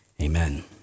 Amen